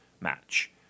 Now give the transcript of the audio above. match